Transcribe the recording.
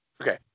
okay